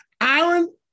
Aaron